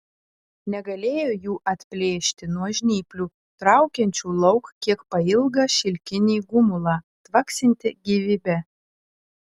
negalėjo jų atplėšti nuo žnyplių traukiančių lauk kiek pailgą šilkinį gumulą tvaksintį gyvybe